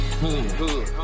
good